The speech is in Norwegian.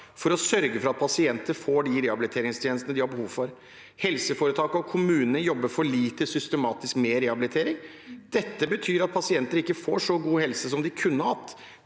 for å sørge for at pasienter får de rehabiliteringstjenestene de har behov for. Helseforetaket og kommunene jobber for lite systematisk med rehabilitering. Dette betyr at pasienter ikke får så god helse som de kunne fått.